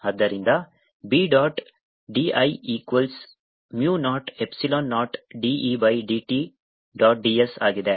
ಆದ್ದರಿಂದ B dot dl equals mu naught epsilon naught dE by dt dot ds ಆಗಿದೆ